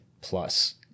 plus